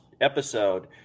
episode